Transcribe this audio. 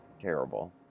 terrible